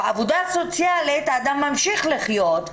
בעבודה סוציאלית אדם ממשיך לחיות,